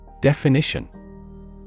Definition